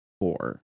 four